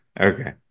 Okay